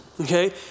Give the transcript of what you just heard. okay